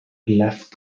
left